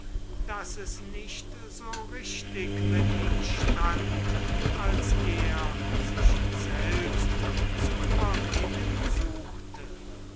daß es nicht so richtig mit ihm stehe als er sich selbst zu überreden suchte